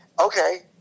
okay